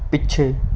ਪਿੱਛੇ